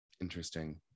Interesting